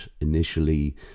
initially